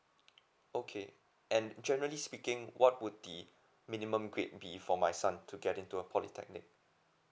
okay and generally speaking what would the minimum grade be for my son to get into a polytechnic